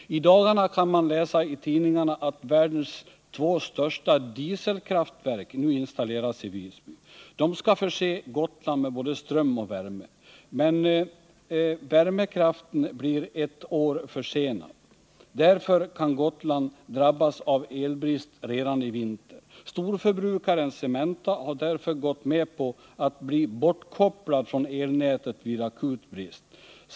I dagarna kan man läsa i tidningarna att världens två största dieselkraftverk nu installeras i Visby. De skall förse Gotland med både ström och värme. Men värmekraftverket blir ett år försenat. Därför kan Gotland drabbas av elbrist redan i vinter. Storförbrukaren Cementa har därför gått med på att bli bortkopplad från elnätet vid akut brist.